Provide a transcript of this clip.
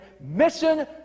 mission